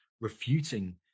refuting